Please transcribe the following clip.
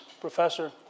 professor